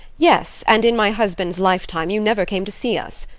yes and in my husband's lifetime you never came to see us.